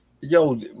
Yo